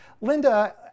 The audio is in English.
Linda